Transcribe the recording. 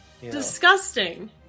Disgusting